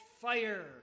fire